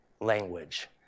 language